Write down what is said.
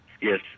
Yes